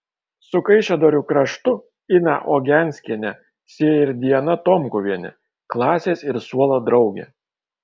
su kaišiadorių kraštu iną ogenskienę sieja ir diana tomkuvienė klasės ir suolo draugė